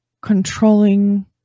controlling